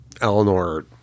Eleanor